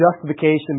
justification